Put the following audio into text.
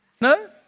No